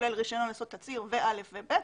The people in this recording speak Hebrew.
כולל רישיון על יסוד תצהיר ו-א' ו-ב'